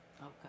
okay